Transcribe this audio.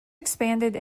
expanded